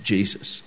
Jesus